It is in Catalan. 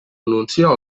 anunciar